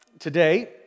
Today